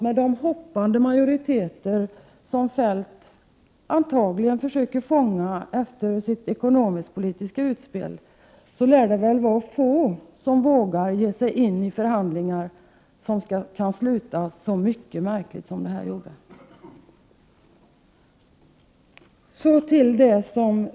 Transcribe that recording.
Med de hoppande majoriteter som Kjell-Olof Feldt antagligen försöker fånga efter sitt ekonomisk-politiska utspel lär väl få våga ge sig in i förhandlingar som kan sluta lika märkligt som den här uppgörelsen.